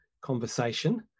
conversation